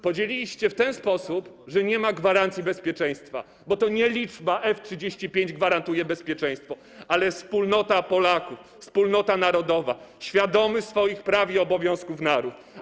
Podzieliliście w ten sposób, że nie ma gwarancji bezpieczeństwa, bo to nie liczba F-35 gwarantuje bezpieczeństwo, ale wspólnota Polaków, wspólnota narodowa, świadomy swoich praw i obowiązków naród.